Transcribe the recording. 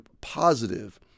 positive